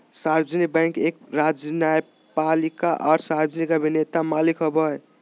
सार्वजनिक बैंक एक राज्य नगरपालिका आर सार्वजनिक अभिनेता मालिक होबो हइ